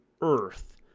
earth